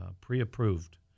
pre-approved